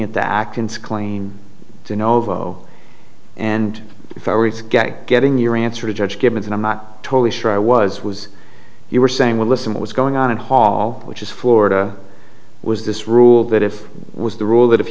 at the actions claimed to novo and forwards getting getting your answer to judge given that i'm not totally sure i was was you were saying well listen what was going on in hall which is florida was this rule that if was the rule that if